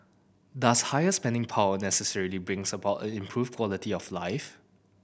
does higher spending power necessarily bring about an improved quality of life